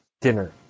dinner